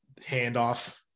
handoff